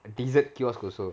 dessert kiosk also